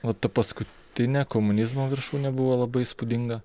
va ta paskutinė komunizmo viršūnė buvo labai įspūdinga